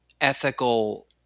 ethical